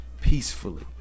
peacefully